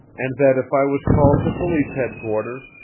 and that, if i was called to police headquarters,